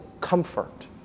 comfort